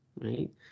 right